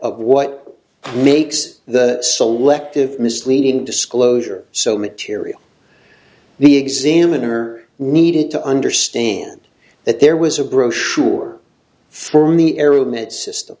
of what makes the selective misleading disclosure so material the examiner needed to understand that there was a brochure